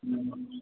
ହଁ